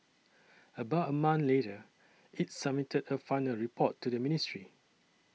about a month later it submitted a final report to the ministry